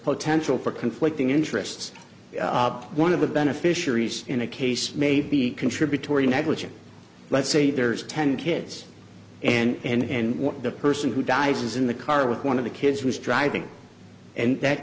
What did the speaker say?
potential for conflicting interests one of the beneficiaries in a case may be contributory negligence let's say there's ten kids and what the person who dies is in the car with one of the kids was driving and that